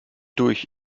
durch